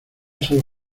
solo